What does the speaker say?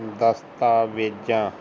ਦਸਤਾਵੇਜ਼ਾਂ